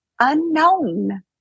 unknown